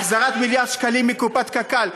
החזרת מיליארד שקלים מקופת קק"ל,